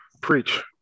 preach